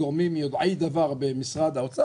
גורמים יודעי דבר במשרד האוצר,